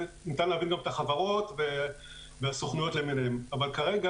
וניתן להבין גם את החברות והסוכנויות למיניהן אבל כרגע,